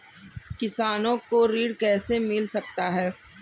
किसानों को ऋण कैसे मिल सकता है?